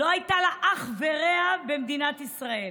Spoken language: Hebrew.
לא הייתה לה אח ורע במדינת ישראל.